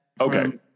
Okay